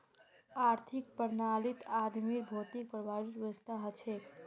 आर्थिक प्रणालीत आदमीर भौतिक प्रावधानेर व्यवस्था हछेक